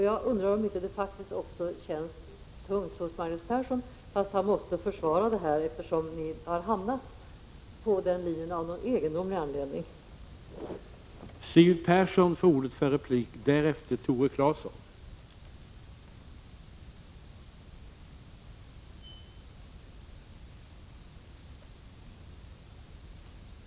Jag undrar om det inte känns tungt också för Magnus Persson, fast han måste försvara detta, eftersom socialdemokraterna av någon egendomlig anledning har hamnat på den linjen.